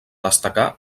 destacar